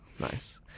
Nice